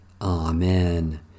Amen